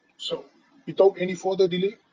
so without any further delay,